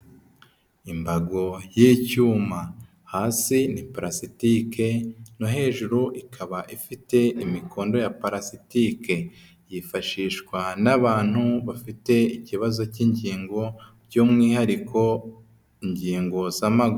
Imbago y'icyuma, hasi ni palasitike no hejuru ikaba ifite imikono ya palasitike, yifashishwa n'abantu bafite ikibazo cy'ingingo by'umwihariko ingingo z'amaguru.